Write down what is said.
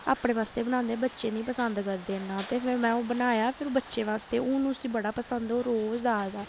अपने बास्तै बनांदे बच्चे नेईं पसंद करदे इन्ना ते फिर में ओह् बनाया फिर बच्चे बास्तै हून उस्सी बड़ा पसंद ओह् रोज आखदा